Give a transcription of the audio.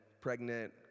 pregnant